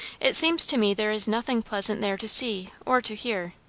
it seems to me there is nothing pleasant there to see or to hear.